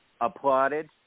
applauded